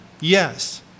yes